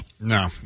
No